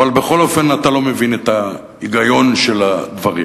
בכל אופן, אתה לא מבין את ההיגיון של הדברים.